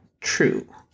true